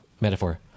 metaphor